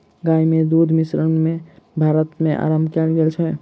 चाय मे दुग्ध मिश्रण भारत मे आरम्भ कयल गेल अछि